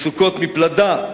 "יצוקות מפלדה,